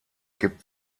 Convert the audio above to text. gibt